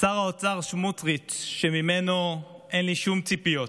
שר האוצר סמוטריץ', שממנו אין לי שום ציפיות,